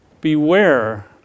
Beware